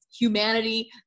humanity